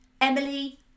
Emily